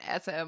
SM